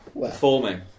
Performing